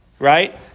Right